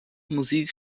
musik